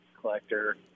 collector